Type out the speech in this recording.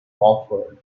offered